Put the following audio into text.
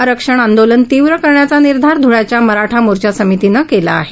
आरक्षण आंदोलन तीव्र करण्याच्या निर्धार धुळ्याच्या मराठा मोर्च्या समितींने केला आहे